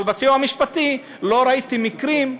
אבל בסיוע המשפטי לא ראיתי מקרים,